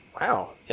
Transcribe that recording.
Wow